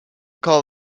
call